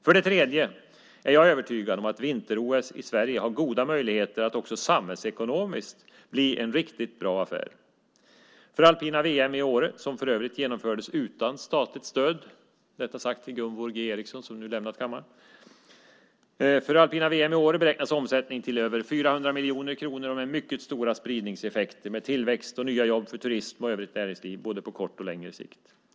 För det tredje är jag övertygad om att vinter-OS i Sverige har goda möjligheter att bli en riktigt bra affär också samhällsekonomiskt. För alpina VM i Åre, som för övrigt genomfördes utan statligt stöd - detta sagt till Gunvor G Ericson, som nu lämnat kammaren - beräknas omsättningen till över 400 miljoner kronor med mycket stora spridningseffekter i form av tillväxt och nya jobb inom turism och övrigt näringsliv både på kort och på längre sikt.